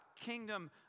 kingdom